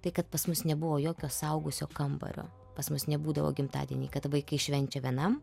tai kad pas mus nebuvo jokio suaugusio kambario pas mus nebūdavo gimtadieniai kad vaikai švenčia vienam